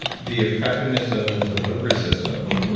the effectiveness of the delivery system